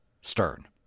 Stern